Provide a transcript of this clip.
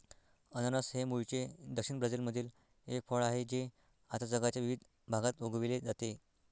अननस हे मूळचे दक्षिण ब्राझीलमधील एक फळ आहे जे आता जगाच्या विविध भागात उगविले जाते